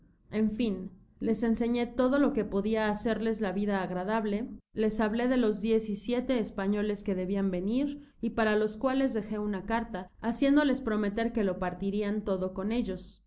en fin les enseñó todo lo que podia hacerles la vida agradable les hablé de los diez y siete españoles que debian venir y para los cuales dejé una carta haciéndoles prometer que lo partirian todo con ellos